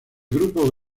grupo